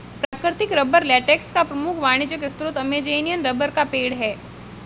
प्राकृतिक rubber latex का प्रमुख वाणिज्यिक स्रोत अमेज़ॅनियन रबर का पेड़ है